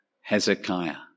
Hezekiah